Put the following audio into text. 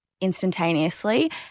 instantaneously